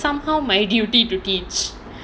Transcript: somehow my duty to teach